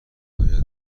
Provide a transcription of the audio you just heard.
باید